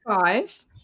five